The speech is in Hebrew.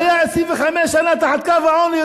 שהיה 25 שנה תחת קו העוני,